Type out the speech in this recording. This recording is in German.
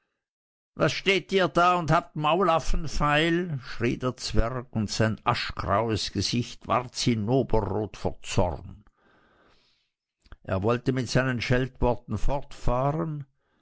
was steht ihr da und habt maulaffen feil schrie der zwerg und sein aschgraues gesicht ward zinnoberrot vor zorn er wollte mit seinen scheltworten fortfahren